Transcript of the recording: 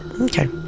Okay